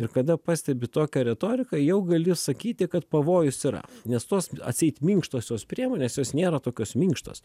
ir kada pastebi tokią retoriką jau gali sakyti kad pavojus yra nes tos atseit minkštosios priemonės jos nėra tokios minkštos